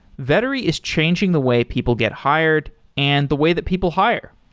vettery is changing the way people get hired and the way that people hire.